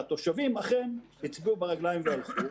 והתושבים אכן הצביעו ברגליים והלכו,